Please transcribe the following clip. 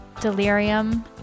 delirium